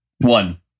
One